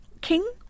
king